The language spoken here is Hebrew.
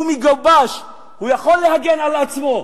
הוא מגובש, הוא יכול להגן על עצמו.